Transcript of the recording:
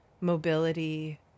mobility